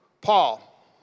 Paul